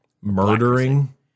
Murdering